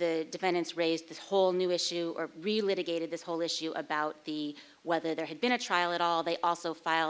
the defendants raised this whole new issue related gaited this whole issue about the whether there had been a trial at all they also file